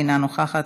אינה נוכחת,